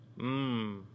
Mmm